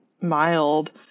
mild